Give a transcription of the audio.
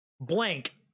Blank